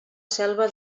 selva